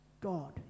God